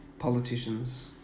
politicians